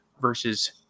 versus